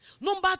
Number